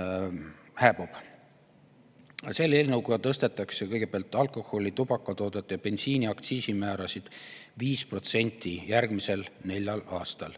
Eelnõuga tõstetakse kõigepealt alkoholi, tubakatoodete ja bensiini aktsiisimäärasid 5% järgmise nelja aasta